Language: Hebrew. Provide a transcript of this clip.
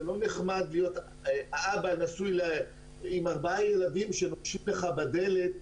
זה לא נחמד להיות אבא נשוי עם ארבעה ילדים כשנוקשים לך בדלת,